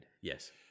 Yes